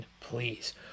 please